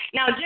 Now